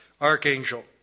archangel